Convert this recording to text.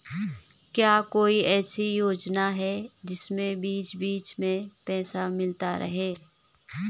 क्या कोई ऐसी योजना है जिसमें बीच बीच में पैसा मिलता रहे?